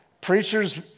preachers